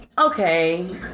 Okay